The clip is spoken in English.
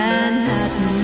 Manhattan